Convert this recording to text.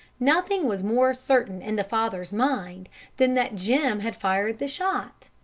nothing was more certain in the father's mind than that jim had fired the shot.